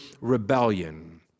rebellion